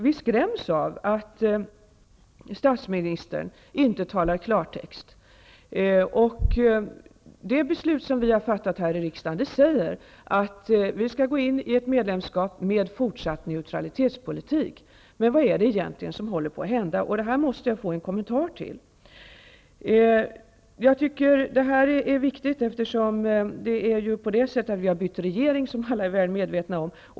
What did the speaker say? Vi skräms av att statsministern inte talar klartext. Det beslut riksdagen har fattat innebär att Sverige skall gå in i ett medlemskap med en fortsatt neutralitetspolitik. Men vad är det som håller på att hända? Jag måste få en kommentar till detta. Dessa frågor är viktiga. Som alla är väl medvetna om har vi en ny regering.